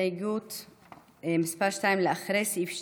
ההסתייגות מס' 2 של קבוצת סיעת ש"ס,